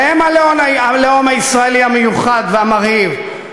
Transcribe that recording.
שהם הלאום הישראלי המיוחד והמרהיב,